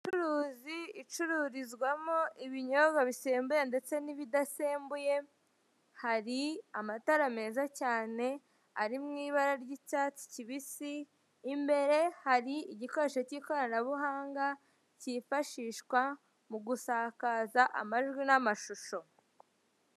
Y'ubucuruzi icururizwamo ibinyobwa bisembuye ndetse n'ibidasembuye, hari amatara meza cyane ari mu ibara ry'icyatsi kibisi, imbere hari igikoresho cy'ikoranabuhanga cyifashishwa mugusakaza amajwi n'amashusho.